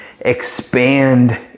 expand